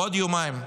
בעוד יומיים,